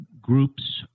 groups